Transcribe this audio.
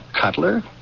Cutler